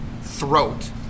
throat